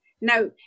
Now